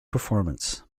performance